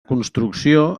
construcció